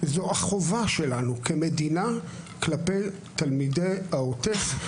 זאת החובה שלנו כמדינה כלפי תלמידי העוטף,